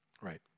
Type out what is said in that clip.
Right